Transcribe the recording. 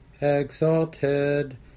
exalted